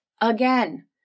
again